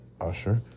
Usher